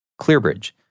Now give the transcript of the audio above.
Clearbridge